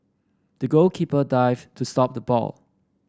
the goalkeeper dived to stop the ball